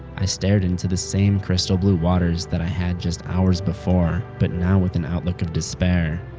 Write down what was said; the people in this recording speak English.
i stared into the same crystal blue waters that i had just hours before, but now with an outlook of despair.